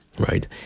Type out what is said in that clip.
Right